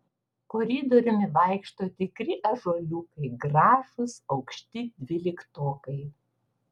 koridoriumi vaikšto tikri ąžuoliukai gražūs aukšti dvyliktokai